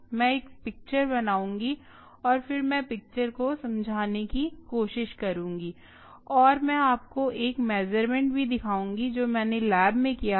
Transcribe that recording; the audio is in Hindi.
मैं एक पिक्चर बनाउंगी और फिर मैं पिक्चर को समझाने की कोशिश करुँगी और मैं आपको एक मेज़रमेंट भी दिखाउंगी जो मैंने लैब में किया था